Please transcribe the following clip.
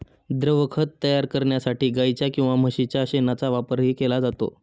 द्रवखत तयार करण्यासाठी गाईच्या किंवा म्हशीच्या शेणाचा वापरही केला जातो